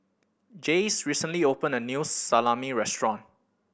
Jayce recently opened a new Salami Restaurant